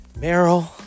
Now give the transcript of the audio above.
Meryl